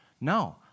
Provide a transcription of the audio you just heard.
No